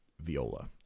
viola